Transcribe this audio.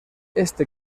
este